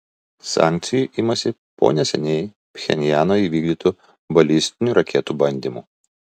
sankcijų imamasi po neseniai pchenjano įvykdytų balistinių raketų bandymų